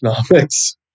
economics